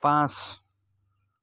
পাঁচ